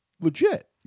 legit